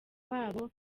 babo